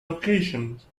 locations